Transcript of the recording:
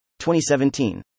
2017